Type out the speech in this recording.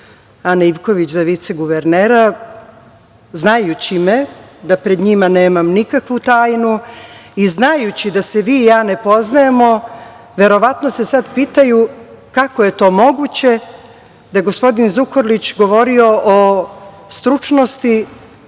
Ane Ivković za viceguvernera, znajući me, da pred njima nemam nikakvu tajnu i znajući da se vi i ja ne poznajemo, verovatno se sad pitaju, kako je to moguće da je gospodin Zukorlić govorio o stručnosti,